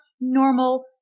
normal